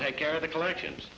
take care of the collections